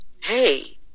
hey